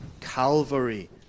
Calvary